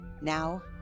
Now